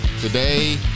today